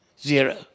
Zero